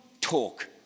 talk